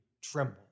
tremble